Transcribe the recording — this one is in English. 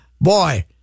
boy